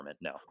no